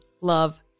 love